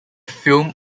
film